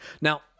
Now